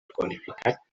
qualificat